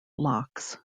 locks